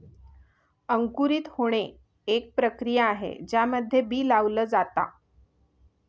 अंकुरित होणे, एक प्रक्रिया आहे ज्यामध्ये बी लावल जाता